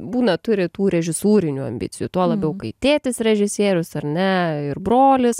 būna turi tų režisūrinių ambicijų tuo labiau kai tėtis režisierius ar ne ir brolis